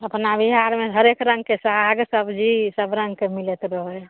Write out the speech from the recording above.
अपना बिहारमे हरेक रङ्गके साग सब्जी सबरङ्गके मिलैत रहै हइ